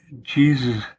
Jesus